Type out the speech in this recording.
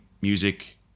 music